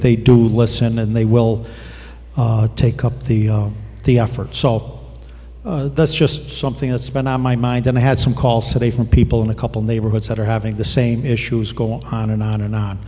they do listen and they will take up the the effort so that's just something that's been on my mind that i had some call say from people in a couple neighborhoods that are having the same issues going on and on and on